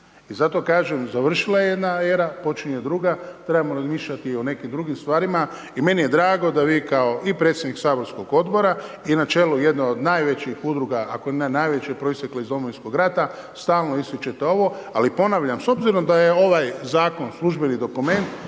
I zato kažem, završila je jedna era, počinje druga, trebamo razmišljati o nekim drugim stvarima i meni je drago da vi kao i predsjednik saborskog odbora i na čelu jedne od najvećih udruga ako ne i najvećih proistekle iz Domovinskog rata, stalno ističete ovo, ali ponavljam s obzirom da je ovaj zakon službeni dokument